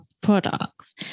products